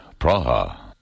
Praha